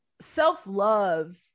self-love